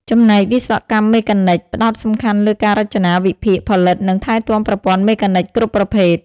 ចំណែកវិស្វកម្មមេកានិច ផ្ដោតសំខាន់លើការ រចនា វិភាគ ផលិត និងថែទាំប្រព័ន្ធមេកានិច គ្រប់ប្រភេទ។